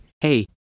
hey